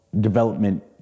development